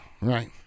right